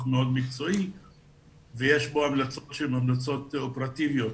מאוד מקצועי ויש בו המלצות שהן המלצות אופרטיביות.